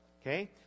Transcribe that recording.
Okay